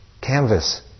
canvas